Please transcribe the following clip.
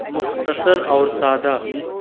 مختصر اور سادہ